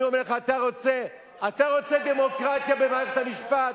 אני אומר לך, אתה רוצה דמוקרטיה במערכת המשפט?